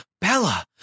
Bella